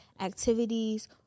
activities